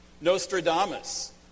Nostradamus